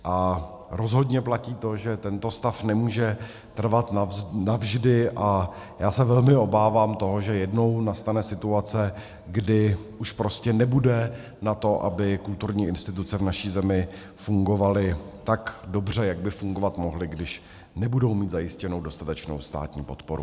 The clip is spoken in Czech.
A rozhodně platí to, že tento stav nemůže trvat navždy, a já se velmi obávám toho, že jednou nastane situace, kdy už prostě nebude na to, aby kulturní instituce v naší zemi fungovaly tak dobře, jak by fungovat mohly, když nebudou mít zajištěnou dostatečnou státní podporu.